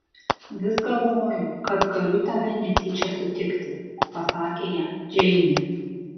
vis galvojau kad galiu tave netyčia sutikti pasakė jam džeinė